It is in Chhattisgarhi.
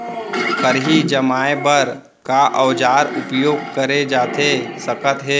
खरही जमाए बर का औजार उपयोग करे जाथे सकत हे?